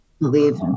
believe